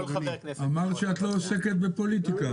אמרת שאת לא עוסקת בפוליטיקה.